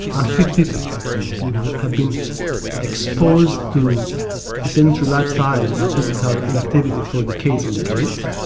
unfit people basically who have been exposed to a sedentary lifestyle and physical inactivity for decades and decades,